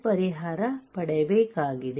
ಪರಿಹಾರ ಪಡೆಯಬೇಕಾಗಿದೆ